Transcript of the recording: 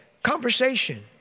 Conversation